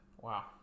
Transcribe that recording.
Wow